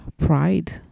pride